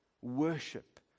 worship